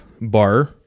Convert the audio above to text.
bar